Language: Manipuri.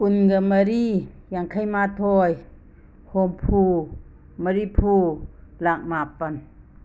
ꯀꯨꯟꯒ ꯃꯔꯤ ꯌꯥꯡꯈꯩꯃꯥꯊꯣꯏ ꯍꯨꯝꯐꯨ ꯃꯔꯤꯐꯨ ꯂꯥꯛ ꯃꯥꯄꯟ